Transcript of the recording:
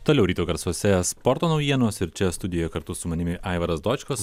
toliau ryto garsuose sporto naujienos ir čia studija kartu su manimi aivaras dočkus